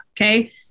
Okay